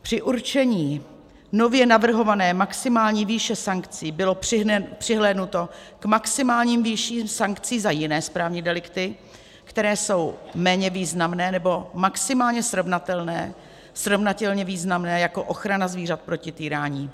Při určení nově navrhované maximální výše sankcí bylo přihlédnuto k maximálním výším sankcí za jiné správní delikty, které jsou méně významné, nebo maximálně srovnatelné, srovnatelně významné jako ochrana zvířat proti týrání.